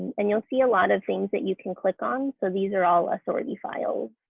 and you'll see a lot of things that you can click on. so these are all authority files.